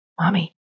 Mommy